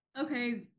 okay